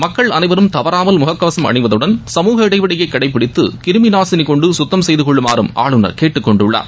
மக்கள் அனைவரும் தவறாமல் முகக்கவசம் அணிவதுடன் சமூக இடைவெளியை கடைப்பிடித்து கிருமி நாசினி கொண்டு சுத்தம் செய்துகொள்ளுமாறும் ஆளுநர் கேட்டுக்கொண்டுள்ளார்